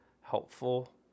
helpful